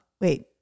Wait